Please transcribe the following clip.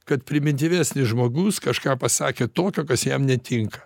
kad primityvesnis žmogus kažką pasakė tokio kas jam netinka